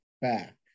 back